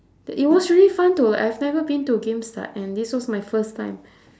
t~ it was really fun to I have never been to gamestart and this was my first time